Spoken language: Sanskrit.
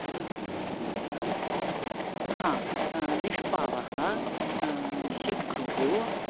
हां निष्पावः शिघ्रुः